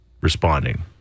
responding